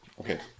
Okay